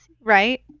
right